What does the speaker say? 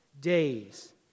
days